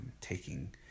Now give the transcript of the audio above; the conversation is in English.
taking